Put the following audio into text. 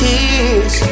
Tears